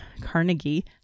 Carnegie